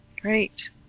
Great